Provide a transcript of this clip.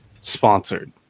sponsored